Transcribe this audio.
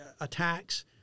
attacks